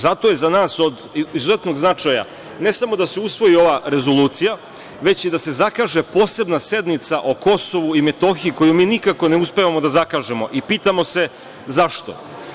Zato je za nas od izuzetnog značaja, ne samo da se usvoji ova rezolucija, već i da se zakaže posebna sednica o Kosovu i Metohiji, koju mi nikako ne uspevamo da zakažemo, i pitamo se zašto.